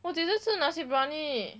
我几时吃 nasi briyani